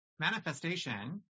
Manifestation